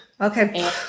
Okay